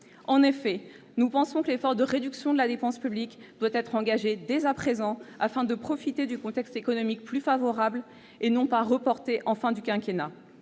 En effet, nous pensons que l'effort de réduction de la dépense publique doit être engagé dès à présent, afin de profiter du contexte économique plus favorable, et non pas reporté en fin de quinquennat.